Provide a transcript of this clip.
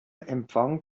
empfang